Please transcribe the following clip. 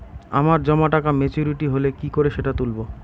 আমার জমা টাকা মেচুউরিটি হলে কি করে সেটা তুলব?